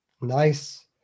Nice